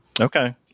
Okay